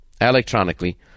electronically